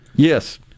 yes